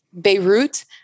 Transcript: beirut